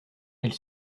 elle